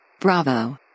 Bravo